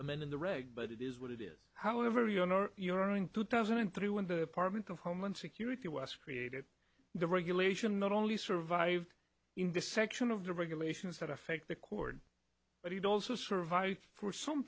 amend in the reg but it is what it is however you are nor your owing two thousand and three when the apartment of homeland security was created the regulation not only survived in this section of the regulations that affect the chord but he also survived for some